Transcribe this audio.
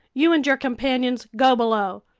you and your companions, go below!